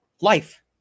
life